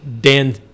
Dan